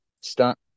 stunt